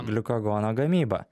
gliukagono gamybą